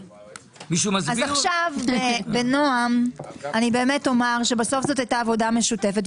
עכשיו בנועם אני אומר שבסוף זאת הייתה עבודה משותפת.